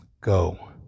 Go